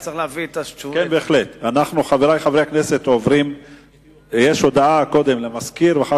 חברי חברי הכנסת, הודעה למזכיר הכנסת.